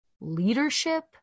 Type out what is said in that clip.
leadership